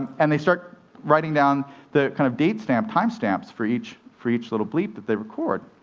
and they start writing down the kind of date stamp, time stamps for each for each little bleep that they record.